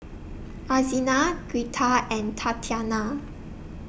Alzina Girtha and Tatiana